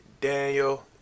Daniel